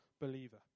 believer